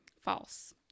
False